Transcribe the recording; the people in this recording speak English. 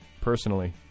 personally